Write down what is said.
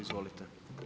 Izvolite.